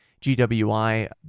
GWI